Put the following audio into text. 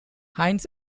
hines